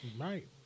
right